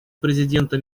президента